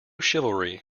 chivalry